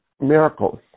miracles